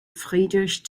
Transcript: friedrich